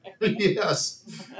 yes